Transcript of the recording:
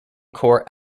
core